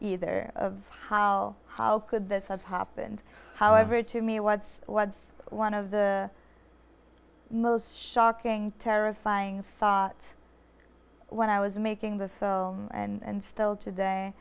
either of how how could this have happened however to me what's what's one of the most shocking terrifying thought when i was making the film and still today